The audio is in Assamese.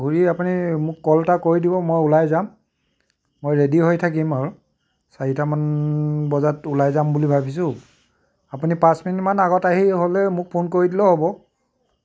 ঘূৰি আপুনি মোক কল এটা কৰি দিব মই ওলাই যাম মই ৰেডি হৈ থাকিম আৰু চাৰিটামান বজাত ওলাই যাম বুলি ভাবিছোঁ আপুনি পাঁচ মিনিটমান আগত আহি হ'লে মোক ফোন কৰি দিলেও হ'ব